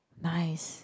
nice